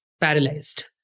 paralyzed